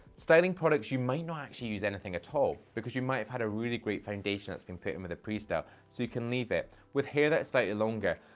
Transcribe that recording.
styling products, you may not actually use anything at all because you might have had a really great foundation that's been put in with a pre-style, so you can leave it. with hair that slightly longer,